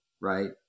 Right